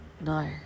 no